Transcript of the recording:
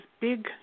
big